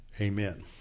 amen